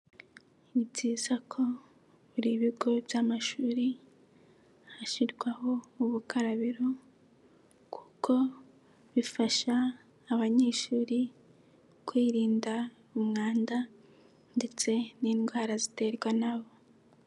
Ni byiza ko buri bigo by'amashuri hashyirwaho ubukarabiro, kuko bifasha abanyeshuri kwirinda umwanda ndetse n'indwara ziterwa na wo.